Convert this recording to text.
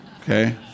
Okay